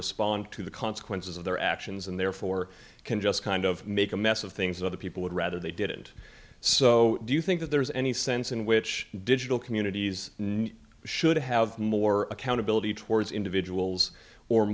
respond to the consequences of their actions and therefore can just kind of make a mess of things other people would rather they did and so do you think that there is any sense in which digital communities should have more accountability towards individuals or